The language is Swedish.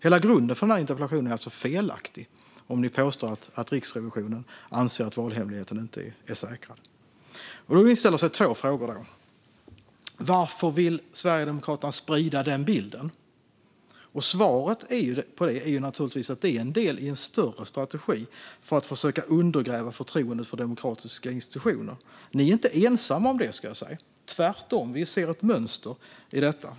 Hela grunden för denna interpellation är alltså felaktig om ni påstår att Riksrevisionen anser att valhemligheten inte är säkrad. Då inställer sig två frågor. Den första frågan är: Varför vill Sverigedemokraterna sprida denna bild? Svaret är naturligtvis att detta är en del i en större strategi för att försöka undergräva förtroendet för demokratiska institutioner. Ni är inte ensamma om det. Tvärtom - vi ser ett mönster i detta.